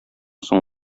соң